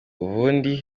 ubundi